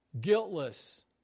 guiltless